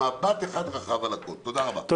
תודה רבה.